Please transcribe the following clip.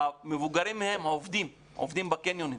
המבוגרים מהם עובדים בקניונים.